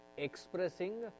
expressing